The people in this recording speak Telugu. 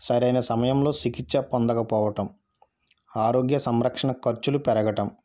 సరైన సమయంలోచికిత్స పొందకపోవడం ఆరోగ్య సంరక్షణ ఖర్చులు పెరగడం